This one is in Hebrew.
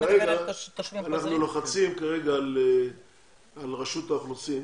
אנחנו לוחצים כרגע על רשות האוכלוסין,